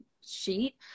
sheet